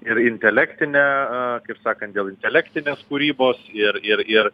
ir intelektinę kaip sakant dėl intelektinės kūrybos ir ir ir